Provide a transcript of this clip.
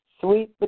sweet